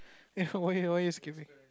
ya why you why you skipping